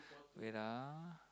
wait ah